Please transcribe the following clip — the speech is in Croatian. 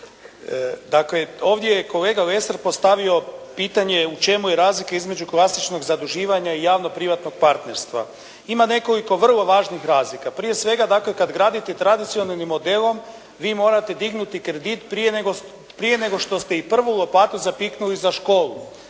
Dakle, ovdje je kolega Lesar postavio pitanje u čemu je razlika između klasičnog zaduživanja i javnog privatnog partnerstva. Ima nekoliko vrlo važnih razlika, prije svega, dakle, kada gradite tradicionalnim modelom vi morate dignuti kredit prije nego što ste i prvu lopatu zapiknuli za školu.